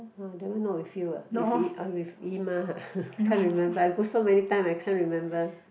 ah that one not with you ah with 姨 with 姨妈：yi ma uh I can't remember I go so many time I can't remember